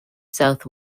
south